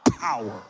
power